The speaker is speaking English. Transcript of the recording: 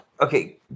Okay